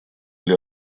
или